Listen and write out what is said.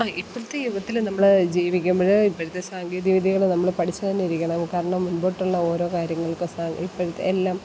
ആ ഇപ്പോഴത്തെ യുഗത്തിൽ നമ്മൾ ജീവിക്കുമ്പോൾ ഇപ്പോഴത്തെ സാങ്കേതിക വിദ്യകൾ നമ്മൾ പഠിച്ചു തന്നെയിരിക്കണം കാരണം മുൻപോട്ടുള്ള ഓരോ കാര്യങ്ങൾക്ക് സ ഇപ്പോഴത്തെ എല്ലാം